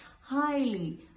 highly